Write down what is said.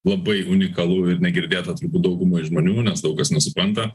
labai unikalu ir negirdėta turbūt daugumai žmonių nes daug kas nesupranta